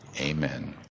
Amen